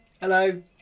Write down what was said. hello